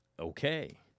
Okay